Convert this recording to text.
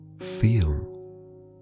feel